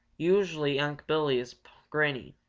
usually unc' billy is grinning,